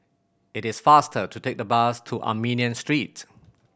it is faster to take the bus to Armenian Street